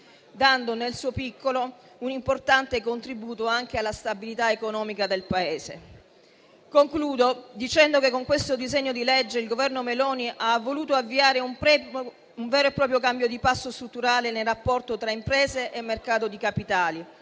dando nel suo piccolo un importante contributo anche alla stabilità economica del Paese Concludo dicendo che con questo disegno di legge il Governo Meloni ha voluto avviare un vero e proprio cambio di passo strutturale nel rapporto tra imprese e mercato di capitali,